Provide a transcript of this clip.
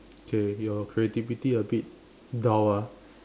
okay your creativity a bit dull ah